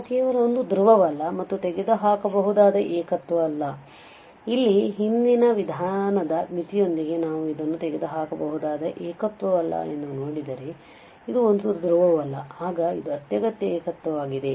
ನಾವು ಕೇವಲ ಒಂದು ಧ್ರುವವಲ್ಲ ಮತ್ತು ತೆಗೆದುಹಾಕಬಹುದಾದ ಏಕತ್ವವಲ್ಲ ಇಲ್ಲಿ ಹಿಂದಿನ ವಿಧಾನದ ಮಿತಿಯೊಂದಿಗೆ ನಾವು ಇದನ್ನು ತೆಗೆದುಹಾಕಬಹುದಾದ ಏಕತ್ವವಲ್ಲ ಎಂದು ನೋಡಿದರೆ ಇದು ಒಂದು ಧ್ರುವವಲ್ಲ ಆಗ ಇದು ಅತ್ಯಗತ್ಯ ಏಕತ್ವವಾಗಿದೆ